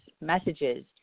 messages